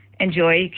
enjoy